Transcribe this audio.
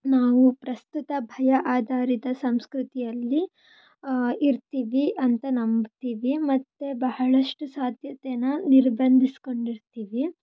ನಾವು ಪ್ರಸ್ತುತ ಭಯ ಆಧಾರಿತ ಸಂಸ್ಕೃತಿಯಲ್ಲಿ ಇರ್ತೀವಿ ಅಂತ ನಂಬ್ತೀವಿ ಮತ್ತು ಬಹಳಷ್ಟು ಸಾಧ್ಯತೆನ ನಿರ್ಬಂಧಿಸಿಕೊಂಡಿರ್ತೀವಿ